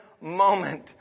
moment